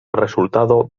resultado